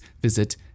visit